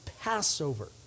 Passover